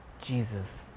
Jesus